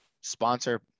sponsor